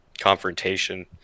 confrontation